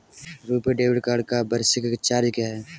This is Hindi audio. रुपे डेबिट कार्ड का वार्षिक चार्ज क्या है?